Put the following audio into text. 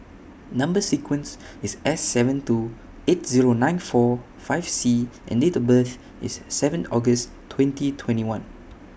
Number sequence IS S seven two eight Zero nine four five C and Date of birth IS seven August twenty twenty one